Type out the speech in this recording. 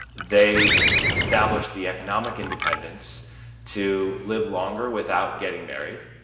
they established the economic independence to live longer without getting married,